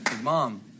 Mom